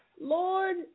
Lord